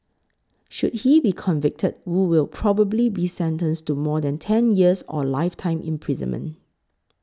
should he be convicted Wu will probably be sentenced to more than ten years or lifetime imprisonment